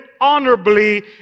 honorably